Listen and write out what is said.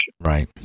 right